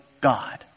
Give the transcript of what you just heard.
God